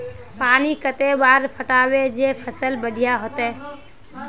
पानी कते बार पटाबे जे फसल बढ़िया होते?